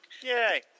Yay